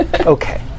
Okay